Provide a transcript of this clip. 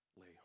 lay